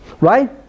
right